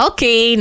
Okay